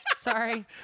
Sorry